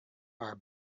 are